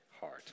heart